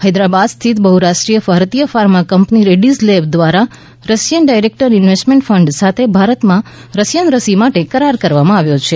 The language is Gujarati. હૈદરાબાદ સ્થિત બહ્રાષ્ટ્રીય ભારતીય ફાર્મા કંપની રેડ્ડીઝ લેબ દ્વારા રશિયન ડાયરેક્ટ ઇન્વેસ્ટમેન્ટ ફંડ સાથે ભારતમાં રશિયન રસી માટે કરાર કરવામાં આવ્યો છે